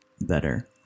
better